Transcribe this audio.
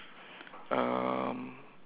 um